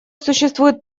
существует